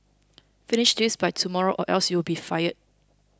finish this by tomorrow or else you'll be fired